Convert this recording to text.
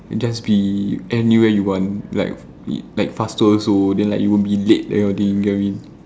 just be anywhere you want like like faster also then like you won't be late that kind of thing you get what i mean